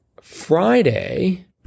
Friday